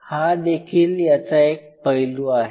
हा देखील याचा एक पैलू आहे